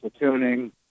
platooning